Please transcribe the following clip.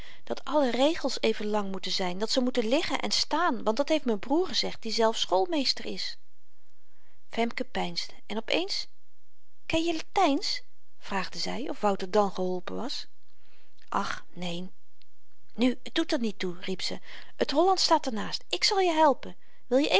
dat alle regels even lang moeten zyn dat ze moeten liggen en staan want dat heeft m'n broêr gezegd die zelf schoolmeester is femke peinsde en op eens ken je latyns vraagde zy of wouter dan geholpen was ach neen nu t doet er niet toe riep ze t hollandsch staat er naast ik zal je helpen wil je